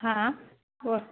हां हां बोल